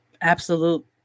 Absolute